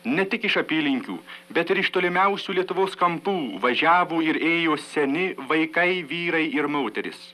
ne tik iš apylinkių bet ir iš tolimiausių lietuvos kampų važiavo ir ėjo seni vaikai vyrai ir moterys